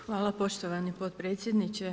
Hvala poštovani potpredsjedniče.